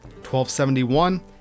1271